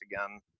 again